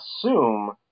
assume